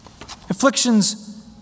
Afflictions